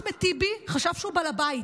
אחמד טיבי חשב שהוא בעל הבית.